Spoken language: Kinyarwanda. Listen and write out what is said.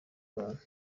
abantu